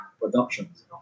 productions